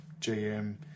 GM